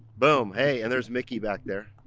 boom. hey, and there's miki back there,